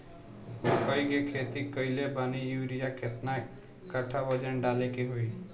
मकई के खेती कैले बनी यूरिया केतना कट्ठावजन डाले के होई?